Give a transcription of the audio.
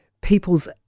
people's